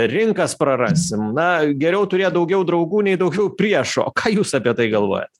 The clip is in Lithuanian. rinkas prarasim na geriau turėt daugiau draugų nei daugiau priešų o ką jūs apie tai galvojat